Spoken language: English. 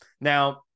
Now